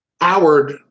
Howard